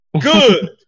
good